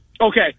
okay